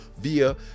via